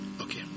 okay